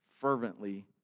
fervently